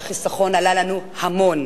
שהחיסכון עלה לנו המון,